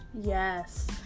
Yes